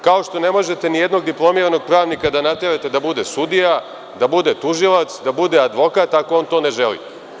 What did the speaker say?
Kao što ne možete nijednog diplomiranog pravnika da naterate da bude sudija, da bude tužilac da bude advokat ako on to ne želi.